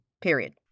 period